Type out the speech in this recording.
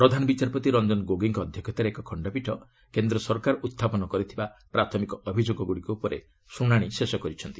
ପ୍ରଧାନ ବିଚାରପତି ରଞ୍ଜନ ଗୋଗୋଇଙ୍କ ଅଧ୍ୟକ୍ଷତାରେ ଏକ ଖଣ୍ଡପୀଠ କେନ୍ଦ୍ର ସରକାର ଉହ୍ଚାପନ କରିଥିବା ପ୍ରାଥମିକ ଅଭିଯୋଗଗୁଡ଼ିକ ଉପରେ ଶୁଣାଣି ଶେଷ କରିଛନ୍ତି